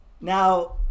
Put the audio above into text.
Now